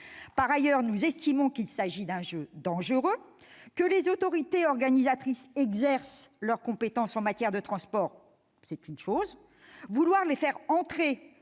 En outre, nous estimons qu'il s'agit d'un jeu dangereux. Que les autorités organisatrices exercent leur compétence en matière de transports, c'est une chose ; en faire des